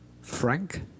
Frank